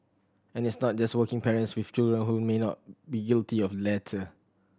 and it's not just working parents with children who may not be guilty of latter